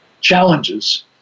challenges